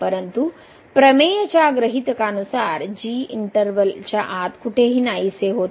परंतु प्रमेय च्या गृहितका नुसार इंटर्वल च्या आत कुठेही नाहीसे होत नाही